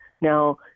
Now